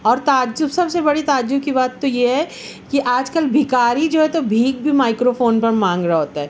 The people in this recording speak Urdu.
اور تعجب سب سے بڑی تعجب کی بات تو یہ ہے کہ آج کل بھکاری جو ہے تو بھیک بھی مائیکرو فون پر مانگ رہا ہوتا ہے